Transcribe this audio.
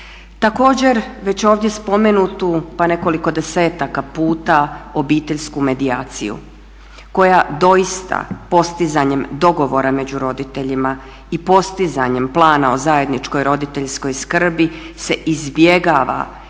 Također, već ovdje spomenutu pa nekoliko desetaka puta obiteljsku medijaciju koja doista postizanjem dogovora među roditeljima i postizanjem plana o zajedničkoj roditeljskoj skrbi se izbjegava